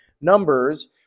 Numbers